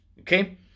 okay